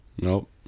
Nope